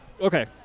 Okay